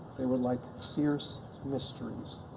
they were like fierce mysteries.